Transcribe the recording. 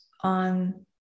on